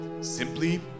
simply